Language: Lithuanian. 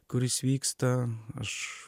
kuris vyksta aš